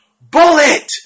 bullet